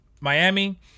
Miami